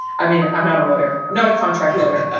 i mean, i'm not a lawyer. i'm not a contract lawyer.